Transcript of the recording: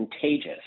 contagious